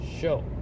show